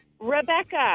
Rebecca